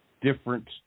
different